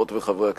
חברות וחברי הכנסת,